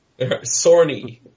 Sorny